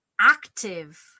active